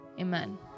Amen